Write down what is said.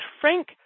Frank